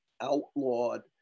outlawed